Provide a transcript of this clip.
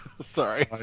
sorry